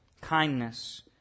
kindness